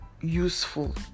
useful